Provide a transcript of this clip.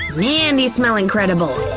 man these smell incredible.